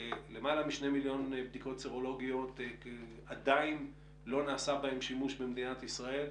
בלמעלה מ-2 מיליון בדיקות סרולוגיות עדיין לא נעשה שימוש במדינת ישראל.